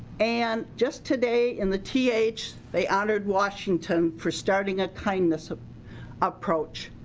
and just today, in the th, they honored washington for starting a kindness ah approach.